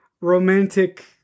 romantic